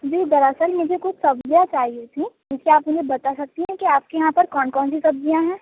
جی دراصل مجھے کچھ سبزیاں چاہیے تھیں ویسے آپ مجھے بتا سکتی ہیں کہ آپ کے یہاں پر کون کون سی سبزیاں ہیں